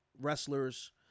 wrestlers